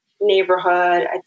neighborhood